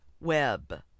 Web